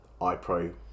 iPro